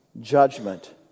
judgment